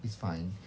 it's fine